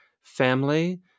family